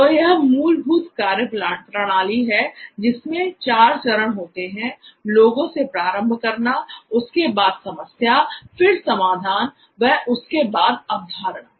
तो यह मूलभूत कार्यप्रणाली है जिसमें चार चरण होते हैं लोगों से प्रारंभ करें उसके बाद समस्या फिर समाधान व उसके बाद अवधारणा